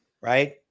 Right